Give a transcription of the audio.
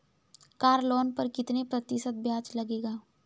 Car loan पर कितने प्रतिशत ब्याज लगेगा?